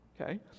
Okay